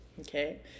Okay